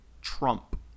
Trump